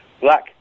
black